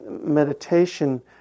meditation